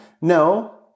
No